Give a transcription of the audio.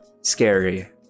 scary